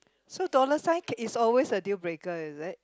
so dollar sign can is always a deal breaker is it